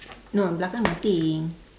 no belakang nothing